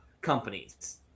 companies